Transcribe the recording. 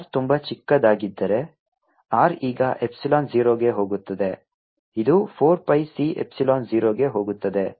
r ತುಂಬಾ ಚಿಕ್ಕದಾಗಿದ್ದರೆ r ಈಗ ಎಪ್ಸಿಲಾನ್ 0 ಗೆ ಹೋಗುತ್ತದೆ ಇದು 4 pi C ಎಪ್ಸಿಲಾನ್ 0 ಗೆ ಹೋಗುತ್ತದೆ